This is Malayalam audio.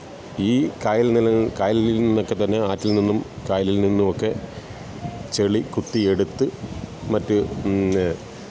ഈ കായലിൽ നിന്നൊക്കെത്തന്നെ ആറ്റിൽ നിന്നും കായലിൽ നിന്നുമൊക്കെ ചെളി കുത്തിയെടുത്ത് മറ്റ്